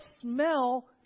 smell